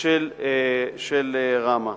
של רמ"ה.